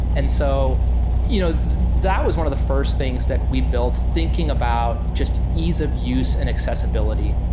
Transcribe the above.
and so you know that was one of the first things that we built, thinking about just ease of use and accessibility,